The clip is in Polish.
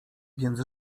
więc